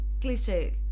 cliche